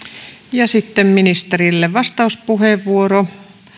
ja sitten ministerille vastauspuheenvuoro